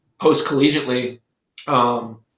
post-collegiately